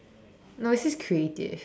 no it says creative